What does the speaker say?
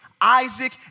Isaac